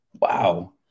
Wow